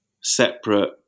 separate